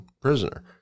prisoner